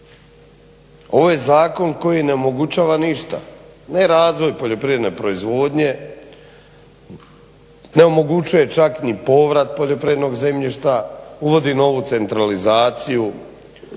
Ovo je zakon koji ne omogućava ništa ne razvoj poljoprivredne proizvodnje ne omogućuje čak ni povrat poljoprivrednog zemljišta, uvodi novu centralizaciju.